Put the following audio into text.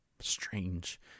strange